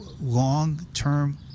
long-term